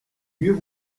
mieux